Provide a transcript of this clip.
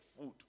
food